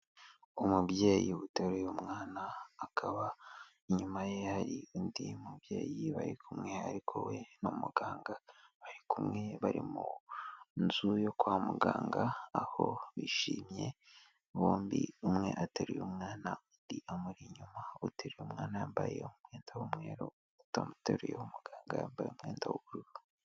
Umubyeyi uteruye umwana, akaba inyuma ye hari undi mubyeyi bari kumwe ariko we ni umuganga, bari kumwe bari mu nzu yo kwa muganga aho bishimye bombi, umwe ateruye umwana undi amuri inyuma, uteruye umwana yambaye umwenda w'umweru utamuteruye w'umuganga yambaye umwenda w'ubururu.